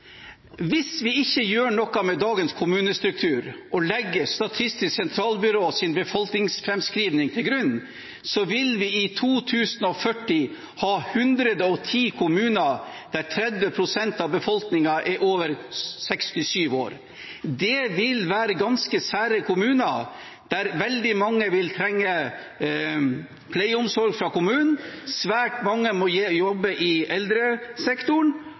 Hvis vi ikke gjør noe med dagens kommunestruktur og legger Statistisk sentralbyrås befolkningsframskriving til grunn, vil vi i 2040 ha 110 kommuner der 30 pst. av befolkningen er over 67 år. Det vil være ganske sære kommuner, der veldig mange vil trenge pleie og omsorg fra kommunen, og svært mange må jobbe i eldresektoren,